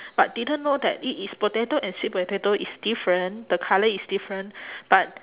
but didn't know that it is potato and sweet potato is different the colour is different but